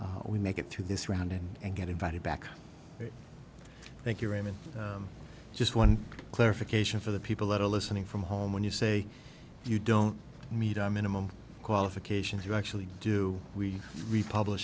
that we make it through this round and get invited back thank you robin just one clarification for the people that are listening from home when you say you don't meet our minimum qualifications you actually do we republic